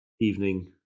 evening